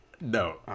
No